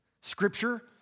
Scripture